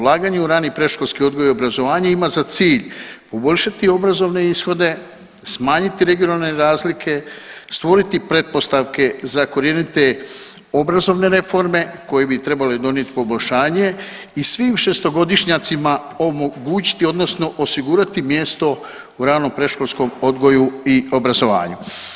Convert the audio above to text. Ulaganje u rani predškolski odgoj i obrazovanje ima za cilj poboljšati obrazovne ishode, smanjiti regionalne razlike, stvoriti pretpostavke za korjenite obrazovne reforme koje bi trebale donijet poboljšanje i svim 6-godišnjacima omogućiti odnosno osigurati mjesto u ranom predškolskom odgoju i obrazovanju.